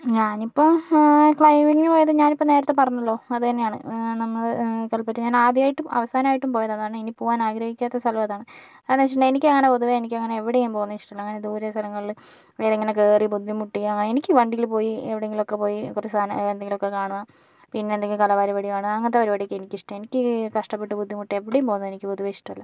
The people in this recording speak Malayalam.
ഞാനിപ്പോൾ ക്ലൈമ്പിങ്ങിന് പോയത് ഞാനിപ്പോൾ നേരത്തെ പറഞ്ഞല്ലോ അത് തന്നെയാണ് നമ്മള് കൽപ്പറ്റ ഞാൻ ആദ്യമായിട്ടും അവസാനമായിട്ടും പോയതതാണ് ഇനി പോകാൻ ആഗ്രഹിക്കാത്ത സ്ഥലവും അതാണ് അതെന്താണെന്ന് വെച്ചിട്ടുണ്ടെങ്കിൽ എനിക്ക് അങ്ങനെ പൊതുവെ എനിക്ക് അങ്ങനെ എവിടേയും പോകുന്ന ഇഷ്ടമല്ല അങ്ങനെ ദൂരെ സ്ഥലങ്ങളില് നേരെ ഇങ്ങനെ കയറി ബുദ്ധിമുട്ടി എനിക്ക് വണ്ടിയില് പോയി എവിടെയെങ്കിലുമൊക്കെ പോയി കുറച്ച് സാധനം എന്തെങ്കിലുമൊക്കെ കാണുക പിന്നെ എന്തെങ്കിലും കലാ പരിപാടി കാണുക അങ്ങനത്തെ പരിപാടിയൊക്കെ എനിക്ക് ഇഷ്ടമാണ് എനിക്ക് ഈ കഷ്ടപ്പെട്ട് ബുദ്ധിമുട്ടി എവിടേയും പോകുന്നത് എനിക്ക് പൊതുവെ ഇഷ്ടമല്ല